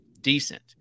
decent